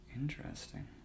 interesting